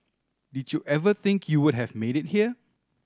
did you ever think you would have made it here